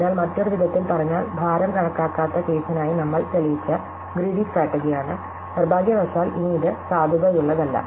അതിനാൽ മറ്റൊരു വിധത്തിൽ പറഞ്ഞാൽ ഭാരം കണക്കാക്കാത്ത കേസിനായി നമ്മൾ തെളിയിച്ച ഗ്രീടി സ്ട്രാറ്റെജി ആണ് നിർഭാഗ്യവശാൽ ഇനി ഇത് സാധുതയുള്ളതല്ല